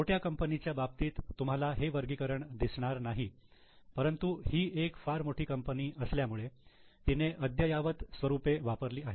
छोट्या कंपनीच्या बाबतीत तुम्हाला हे वर्गीकरण दिसणार नाही परंतु ही एक फार मोठी कंपनी असल्यामुळे तिने अद्ययावत स्वरूपे वापरली आहेत